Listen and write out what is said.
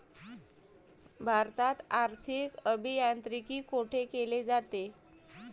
भारतात आर्थिक अभियांत्रिकी कोठे केले जाते?